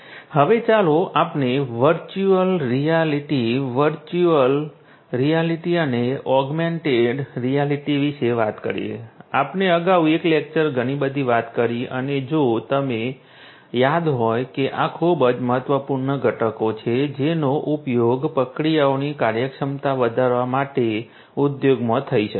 હવે ચાલો આપણે વર્ચ્યુઅલ રિયાલિટી વર્ચ્યુઅલ રિયાલિટી અને ઓગમેન્ટેડ રિયાલિટી વિશે વાત કરીએ આપણે અગાઉના એક લેક્ચરમાં ઘણી બધી વાત કરી અને જો તમને યાદ હોય કે આ ખૂબ જ મહત્વપૂર્ણ ઘટકો છે જેનો ઉપયોગ પ્રક્રિયાઓની કાર્યક્ષમતા વધારવા માટે ઉદ્યોગમાં થઈ શકે છે